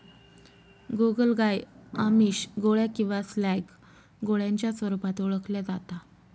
गोगलगाय आमिष, गोळ्या किंवा स्लॅग गोळ्यांच्या स्वरूपात ओळखल्या जाता